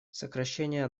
сокращение